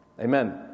Amen